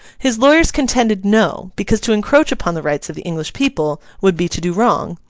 his lawyers contended no, because to encroach upon the rights of the english people would be to do wrong,